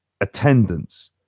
attendance